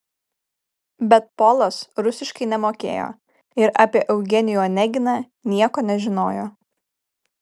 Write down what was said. bet polas rusiškai nemokėjo ir apie eugenijų oneginą nieko nežinojo